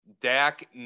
Dak